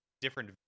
different